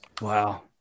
Wow